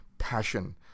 passion